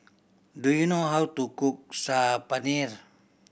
do you know how to cook Saag Paneer